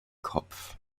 kopf